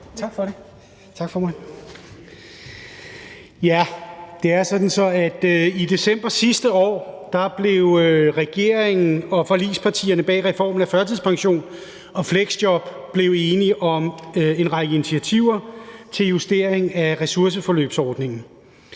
Tak, formand. Det er sådan, at regeringen og forligspartierne bag reformen af førtidspension og fleksjob i december sidste år blev enige om en række initiativer til justering af ressourceforløbsordningen.